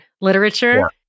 literature